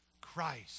Christ